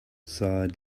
sighed